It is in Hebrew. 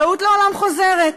טעות לעולם חוזרת.